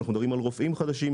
אנחנו מדברים על רופאים חדשים,